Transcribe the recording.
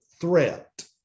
threat